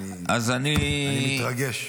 אני מתרגש,